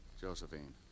Josephine